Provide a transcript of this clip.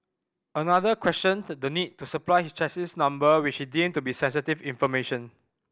another questioned the need to supply his chassis number which he deemed to be sensitive information